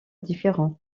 différent